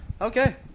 Okay